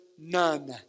none